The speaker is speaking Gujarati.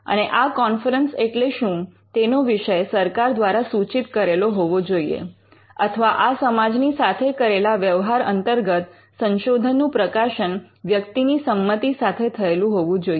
અને આ કોન્ફરન્સ એટલે શું તેનો વિષય સરકાર દ્વારા સૂચિત કરેલો હોવો જોઈએ અથવા આ સમાજની સાથે કરેલા વ્યવહાર અંતર્ગત સંશોધનનું પ્રકાશન વ્યક્તિની સંમતિ સાથે થયેલું હોવું જોઈએ